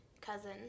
cousin